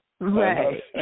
Right